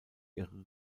ihre